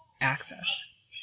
access